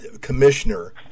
commissioner